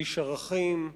איש ערכים,